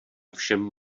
všem